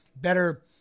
Better